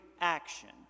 action